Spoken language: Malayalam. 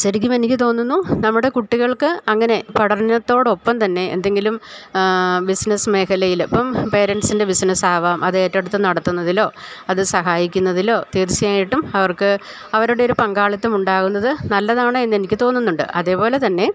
ശെരിക്കുമെനിക്ക് തോന്നുന്നു നമ്മുടെ കുട്ടികൾക്ക് അങ്ങനെ പഠനത്തോടൊപ്പം തന്നെ എന്തെങ്കിലും ബിസിനസ് മേഖലയിൽ ഇപ്പം പേരൻസിൻ്റെ ബിസിനസ് ആകാം അതേറ്റെടുത്ത് നടത്തുന്നതിലോ അത് സഹായിക്കുന്നതിലോ തീർച്ചയായിട്ടും അവർക്ക് അവരുടെയൊരു പങ്കാളിത്തമുണ്ടാകുന്നത് നല്ലതാണ് എന്നെനിക്ക് തോന്നുന്നുണ്ട് അതേപോലെതന്നെ